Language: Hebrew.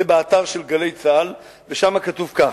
זה באתר של "גלי צה"ל", ושם כתוב כך: